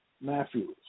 Matthews